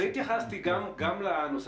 אני התייחסתי גם לנושא